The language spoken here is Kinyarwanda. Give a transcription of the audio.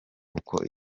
uko